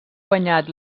guanyat